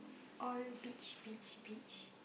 all beach beach beach